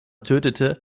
tötete